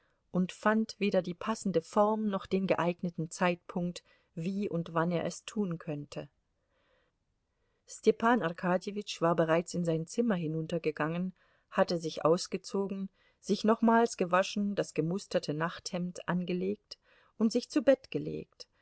und fand weder die passende form noch den geeigneten zeitpunkt wie und wann er es tun könnte stepan arkadjewitsch war bereits in sein zimmer hinuntergegangen hatte sich ausgezogen sich nochmals gewaschen das gemusterte nachthemd angelegt und sich zu bett gelegt